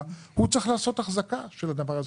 הוא צריך לעשות אחזקה של הדבר הזה,